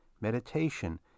Meditation